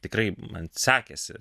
tikrai man sekėsi